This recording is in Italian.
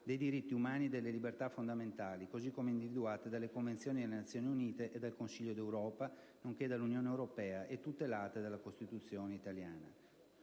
dei diritti umani e delle libertà fondamentali così come individuati dalle convenzioni delle Nazioni Unite, dal Consiglio d'Europa e dall'Unione europea e tutelati dalla Costituzione italiana.